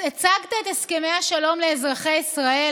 הצגת את הסכמי השלום לאזרחי ישראל,